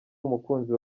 umukunzi